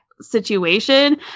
situation